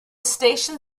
station